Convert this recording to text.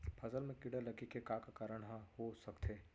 फसल म कीड़ा लगे के का का कारण ह हो सकथे?